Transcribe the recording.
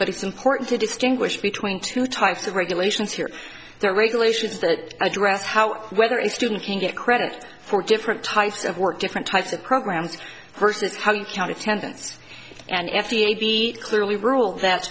but it's a porton to distinguish between two types of regulations here there are regulations that address how whether a student can get credit for different types of work different types of programs versus how you count attendance an f d a b clearly rule that